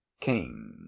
king